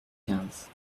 quinze